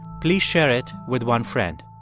please share it with one friend.